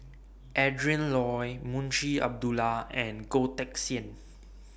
Adrin Loi Munshi Abdullah and Goh Teck Sian